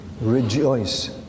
Rejoice